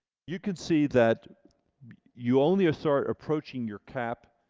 you can see that you only ah start approaching your cap